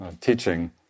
teaching